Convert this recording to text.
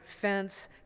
fence